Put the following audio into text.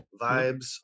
vibes